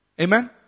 Amen